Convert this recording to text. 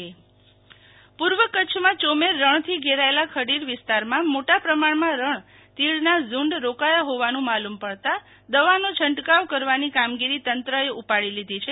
શિતલ વૈશ્નવ રણતીડના ઝુંડબાઈટ પૂ ર્વ કચ્છમાં ચોમેર રણ થી ઘેરાયેલા ખડીર વિસ્તાર માં મોટા પ્રમાણ માં રણ તીડ ના ઝુંડ રોકાયા હોવાનું માલૂ મ પડતાં દવા નો છંટકાવ કરવાની કામગીરી તંત્ર એ ઉપાડી લીધી છે